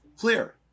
clear